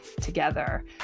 together